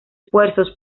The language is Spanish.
esfuerzos